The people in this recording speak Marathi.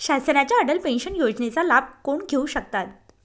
शासनाच्या अटल पेन्शन योजनेचा लाभ कोण घेऊ शकतात?